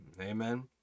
amen